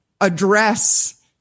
address